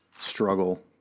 struggle